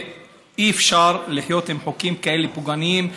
ואי-אפשר לחיות עם חוקים פוגעניים כאלה,